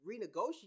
renegotiate